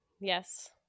Yes